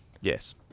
Yes